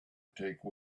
take